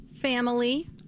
family